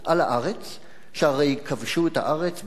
שהרי כבשו את הארץ בשנת 636,